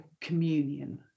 communion